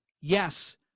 yes